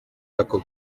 ako